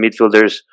midfielders